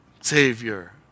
Savior